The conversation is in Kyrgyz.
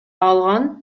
алган